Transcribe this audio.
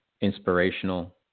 inspirational